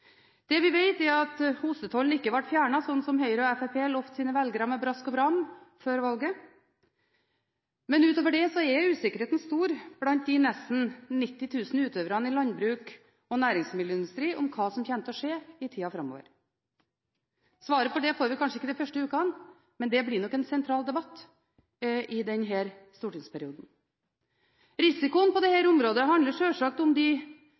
Det vi vet, er at ostetollen ikke ble fjernet, slik Høyre og Fremskrittspartiet lovet sine velgere med brask og bram før valget. Men utover det er usikkerheten stor blant de nesten 90 000 utøverne i landbruks- og næringsmiddelindustrien om hva som kommer til å skje i tiden framover. Svaret på det får vi kanskje ikke de første ukene, men dette blir nok en sentral debatt i denne stortingsperioden. Risikoen på dette området handler sjølsagt om hva som kommer til å skje med de